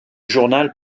journal